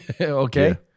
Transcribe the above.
Okay